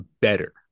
better